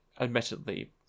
admittedly